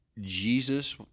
Jesus